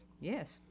yes